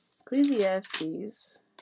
Ecclesiastes